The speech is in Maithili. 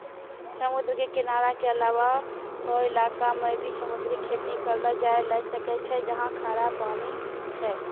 समुद्र के किनारा के अलावा हौ इलाक मॅ भी समुद्री खेती करलो जाय ल सकै छै जहाँ खारा पानी छै